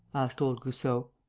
asked old goussot.